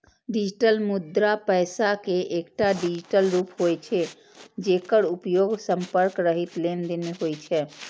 digital मुद्रा पैसा के एकटा डिजिटल रूप होइ छै, जेकर उपयोग संपर्क रहित लेनदेन मे होइ छै